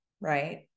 right